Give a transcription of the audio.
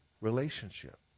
relationship